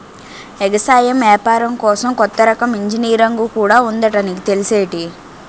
ఎగసాయం ఏపారం కోసం కొత్త రకం ఇంజనీరుంగు కూడా ఉందట నీకు తెల్సేటి?